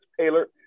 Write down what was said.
Taylor